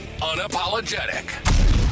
unapologetic